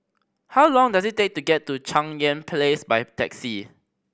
how long does it take to get to Cheng Yan Place by taxi